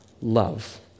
love